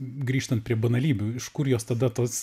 grįžtant prie banalybių iš kur jos tada tos